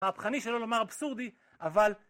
מהפכני שלא לומר אבסורדי אבל